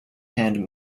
hand